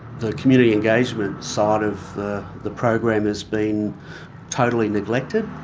the community engagement side of the the program has been totally neglected.